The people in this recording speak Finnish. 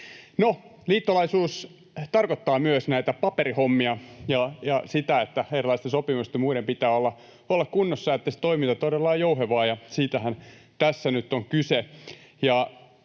liittolaisuus tarkoittaa myös näitä paperihommia ja sitä, että erilaisten sopimusten ja muiden pitää olla kunnossa, että se toiminta todella on jouhevaa, ja siitähän tässä nyt on kyse.